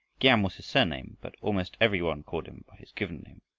giam was his surname, but almost every one called him by his given name,